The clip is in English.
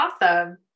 awesome